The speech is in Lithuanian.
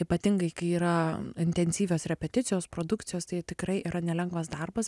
ypatingai kai yra intensyvios repeticijos produkcijos tai tikrai yra nelengvas darbas